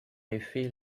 effet